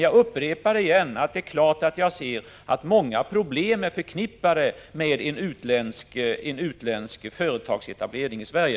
Jag upprepar igen: Det är klart att jag ser att många problem är förknippade med utländsk företagsetablering i Sverige.